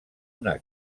una